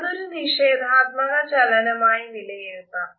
അതൊരു നിഷേധത്മ്ക ചലനമായി വിലയിരുത്താം